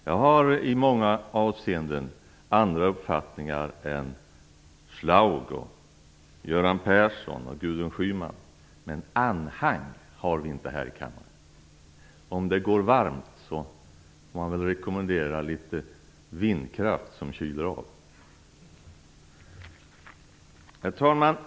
Jag har i många avseenden andra uppfattningar än Birger Schlaug, Göran Persson och Gudrun Schyman, men anhang har vi inte här i kammaren. Om det går varmt, får man väl rekommendera litet vindkraft som kyler av. Herr talman!